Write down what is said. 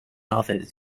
others